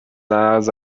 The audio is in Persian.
لحاظ